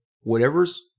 whatever's